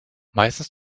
meistens